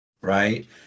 right